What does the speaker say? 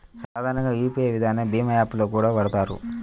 సాధారణంగా యూపీఐ విధానాన్ని భీమ్ యాప్ లో కూడా వాడతారు